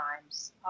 times